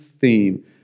theme